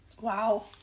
Wow